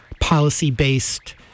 policy-based